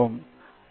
அஸ்வின் நன்றி